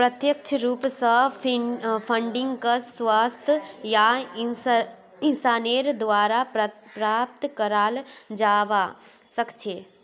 प्रत्यक्ष रूप स फंडिंगक संस्था या इंसानेर द्वारे प्रदत्त कराल जबा सख छेक